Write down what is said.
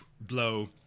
blow